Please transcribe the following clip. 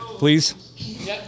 Please